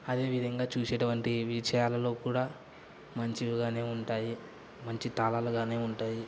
అదే విధంగా చూసేటువంటి విషయాలలో కూడా మంచిగానే ఉంటాయి మంచి తాళాలుగానే ఉంటాయి